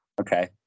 Okay